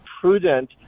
prudent